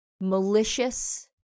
Malicious